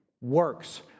Works